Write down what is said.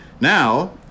Now